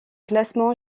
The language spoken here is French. classement